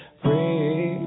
free